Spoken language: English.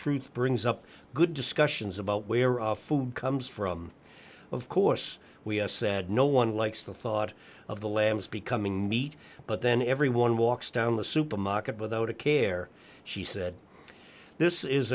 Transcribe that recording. truth brings up good discussions about where our food comes from of course we said no one likes the thought of the lambs becoming meat but then everyone walks down the supermarket without a care she said this is